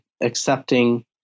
accepting